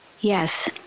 Yes